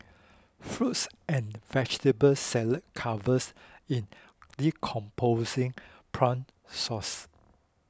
fruits and vegetable salad covered in decomposing prawn sauce